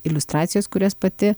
iliustracijos kurias pati